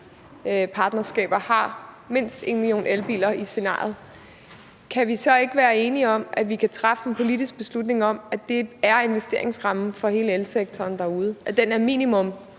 partnerskaber har mindst 1 million elbiler i scenariet, kan vi så ikke være enige om, at vi kan træffe en politisk beslutning om, at det er investeringsrammen for elsektoren derude, altså at den minimum